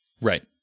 right